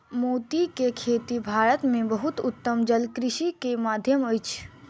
मोती के खेती भारत में बहुत उत्तम जलकृषि के माध्यम अछि